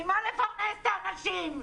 ממה נפרנס את האנשים?